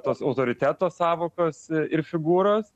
tos autoriteto sąvokos ir figūros